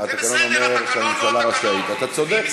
קודם כול, אתה צודק.